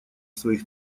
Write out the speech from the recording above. своих